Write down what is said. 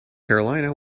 carolina